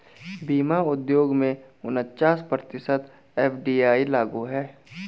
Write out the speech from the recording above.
बीमा उद्योग में उनचास प्रतिशत एफ.डी.आई लागू है